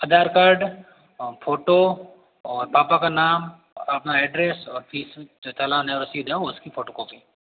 आधार card photo और पापा का नाम अपना एड्रेस और फीस चालान है वो रशीद है उसकी फोटोकॉपी